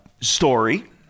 story